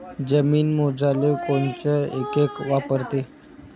जमीन मोजाले कोनचं एकक वापरते?